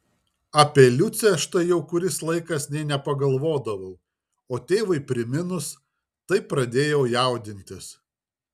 apie liucę štai jau kuris laikas nė nepagalvodavau o tėvui priminus taip pradėjau jaudintis